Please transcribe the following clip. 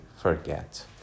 forget